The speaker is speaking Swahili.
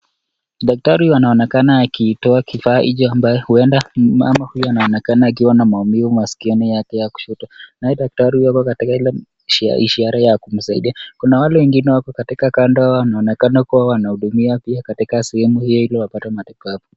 Daktari huyu anaonekana akitoa kufaa hicho ambayo huenda ni mama huyu anaonekana akiwa na maumivu maskioni yake ya kushoto. Naye daktari huyu ako katika ile ishara ya kumsaidia. Kuna wale wengine wako katika kando wanaonekana kuwa wanahudumia pia katika sehemu ili wapate matibabu.